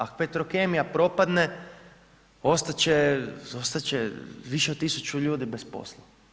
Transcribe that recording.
Ako petrokemija propadne, ostati će više od 1000 ljudi bez posla.